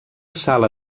sala